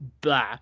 blah